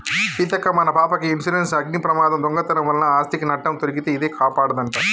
సీతక్క మన పాపకి ఇన్సురెన్సు అగ్ని ప్రమాదం, దొంగతనం వలన ఆస్ధికి నట్టం తొలగితే ఇదే కాపాడదంట